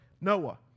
Noah